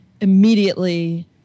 immediately